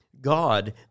God